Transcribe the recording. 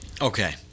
Okay